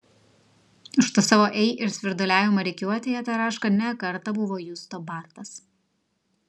už tą savo ei ir svirduliavimą rikiuotėje taraška ne kartą buvo justo bartas